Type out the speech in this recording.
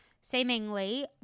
seemingly